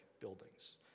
buildings